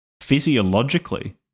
physiologically